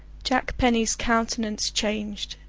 jack penny's countenance changed,